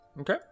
Okay